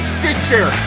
Stitcher